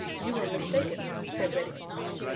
you were mistaken, said reddy fox.